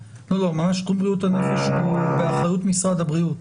שיקום בריאות הנפש הוא באחריות משרד הבריאות.